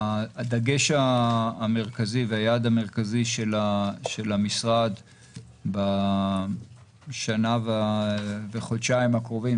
הדגש המרכזי והיעד המרכזי של המשרד בשנה וחודשיים הקרובים,